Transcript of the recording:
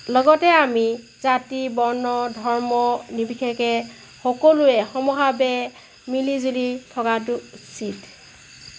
লগতে আমি জাতি বৰ্ণ ধৰ্ম নিৰ্বিশেষে সকলোৱে সমভাৱে মিলিজুলি থকাটো উচিত